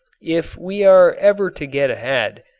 if we are ever to get ahead,